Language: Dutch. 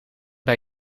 bij